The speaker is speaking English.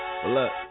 Look